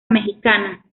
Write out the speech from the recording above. mexicana